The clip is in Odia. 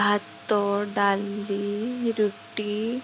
ଭାତ ଡାଲି ରୁଟି